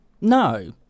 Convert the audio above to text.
no